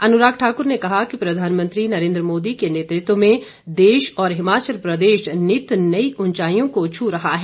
अनुराग ठाकुर ने कहा कि प्रधानमंत्री नरेंद्र मोदी के नेतृत्व में देश और हिमाचल प्रदेश नित नई ऊंचाईयों को छू रहा है